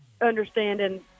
understanding